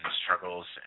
struggles